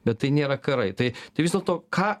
bet tai nėra karai tai tai vis dėlto ką